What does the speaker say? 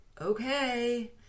okay